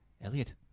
Elliot